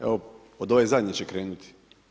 Evo, od ove zadnje ću krenuti.